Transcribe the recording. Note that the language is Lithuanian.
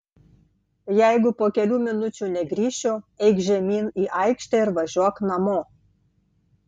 jeigu po kelių minučių negrįšiu eik žemyn į aikštę ir važiuok namo